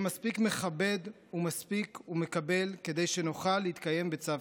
מספיק מכבד ומספיק מקבל כדי שנוכל להתקיים בצוותא.